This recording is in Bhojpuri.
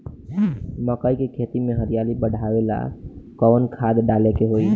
मकई के खेती में हरियाली बढ़ावेला कवन खाद डाले के होई?